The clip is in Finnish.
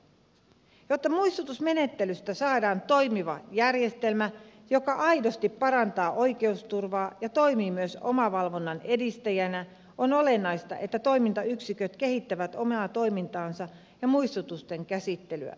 jotta muistutusmenettelystä saadaan toimiva järjestelmä joka aidosti parantaa oikeusturvaa ja toimii myös omavalvonnan edistäjänä on olennaista että toimintayksiköt kehittävät omaa toimintaansa ja muistutusten käsittelyä